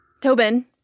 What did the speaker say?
Tobin